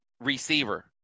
Receiver